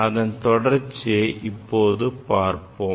அதன் தொடர்ச்சியை இப்போது பார்ப்போம்